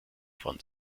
von